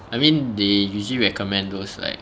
I mean they usually recommend those like